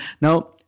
Now